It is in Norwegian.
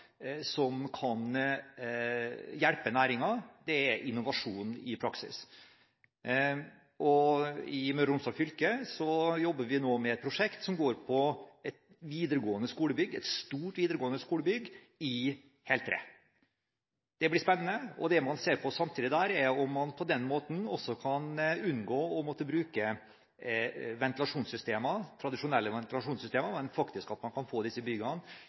som kan hjelpe næringen, det er innovasjon i praksis. I Møre og Romsdal fylke jobber vi nå med et prosjekt som går på et videregående skolebygg – et stort videregående skolebygg – i heltre. Det blir spennende, og det man ser samtidig på er om man på den måten også kan unngå å måtte bruke tradisjonelle ventilasjonssystemer, men faktisk få disse byggene